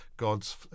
God's